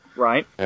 Right